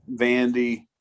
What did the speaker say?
Vandy